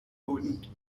hund